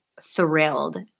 thrilled